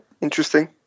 interesting